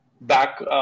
back